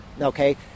okay